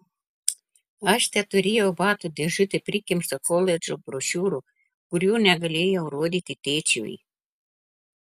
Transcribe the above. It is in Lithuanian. aš teturėjau batų dėžutę prikimštą koledžų brošiūrų kurių negalėjau rodyti tėčiui